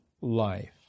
life